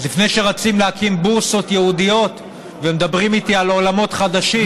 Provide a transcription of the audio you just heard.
אז לפני שרצים להקים בורסות ייעודיות ומדברים איתי על עולמות חדשים,